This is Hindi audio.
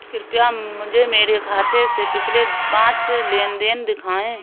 कृपया मुझे मेरे खाते से पिछले पांच लेन देन दिखाएं